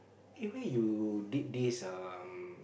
eh where you did this um